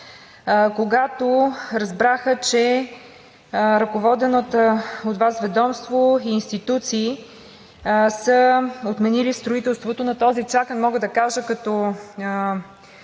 когато разбраха, че ръководеното от Вас ведомство и институции са отменили строителството на този чакан, мога да кажа като